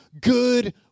good